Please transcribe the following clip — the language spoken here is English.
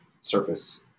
surface